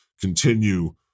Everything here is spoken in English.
continue